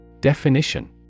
Definition